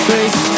Face